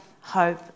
hope